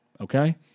Okay